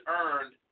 earned